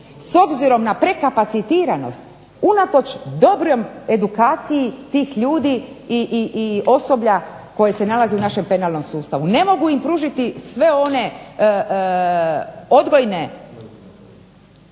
s obzirom na prekapacitiranost unatoč dobroj edukaciji tih ljudi i osoblja koje se nalazi u našem penalnom sustavu. Ne mogu im pružiti sve one odgojne,